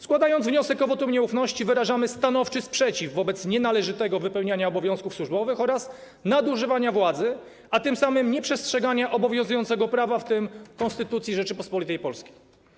Składając wniosek o wotum nieufności, wyrażamy stanowczy sprzeciw wobec nienależytego wypełniania obowiązków służbowych oraz nadużywania władzy, a tym samym nieprzestrzegania obowiązującego prawa, w tym Konstytucji Rzeczypospolitej Polskiej.